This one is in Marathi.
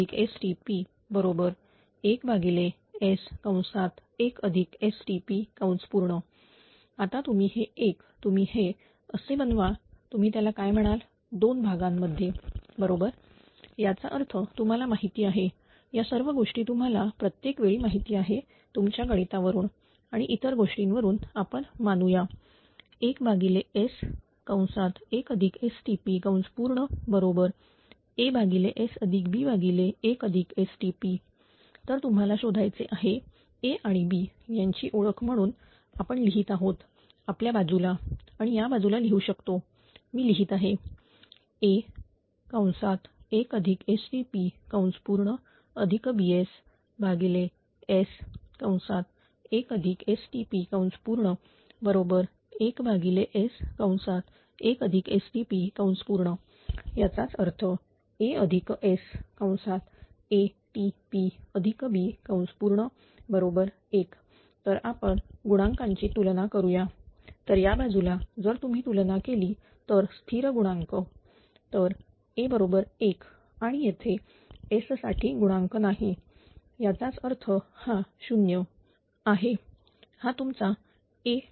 01SKP1STP1S1STP आता तुम्ही हे एक तुम्ही हे असे बनवा तुम्ही त्याला काय म्हणाल दोन भागांमध्ये बरोबर याचा अर्थ तुम्हाला माहिती आहे या सर्व गोष्टी तुम्हाला प्रत्येक वेळी माहिती आहे तुमच्या गणितावरून आणि इतर गोष्टींवरून आपण मानू या 1S1STPASB1STP तर तुम्हाला शोधायचे आहे A आणि B यांची ओळख म्हणून आपण लिहीत आहोत आपल्या बाजूला आणि या बाजूला लिहू शकतो मी लिहीत आहे A1STPBSS1STP1S1STP याचा अर्थ ASA𝑇𝑝B1 तर आपण गुणांक यांची तुलना करूया तर या बाजूला जर तुम्ही तुलना केली तर स्थिर गुणांक तर A 1 आणि येथे S साठी गुणांक नाही याचाच अर्थ हा0 आहे हा तुमचा A𝑇𝑝B0